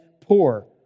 poor